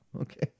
Okay